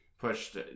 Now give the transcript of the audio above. pushed